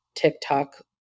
TikTok